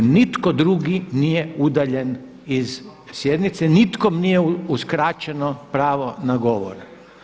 Nitko drugi nije udaljen iz sjednice, nikome nije uskraćeno pravo na govor.